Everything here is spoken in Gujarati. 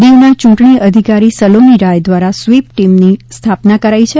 દીવના ચૂંટણી અધિકારી સલોનીરાય દ્વારા સ્વીપ ટીમની સ્થાપના કરાઈ છે